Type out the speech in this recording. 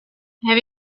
have